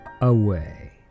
away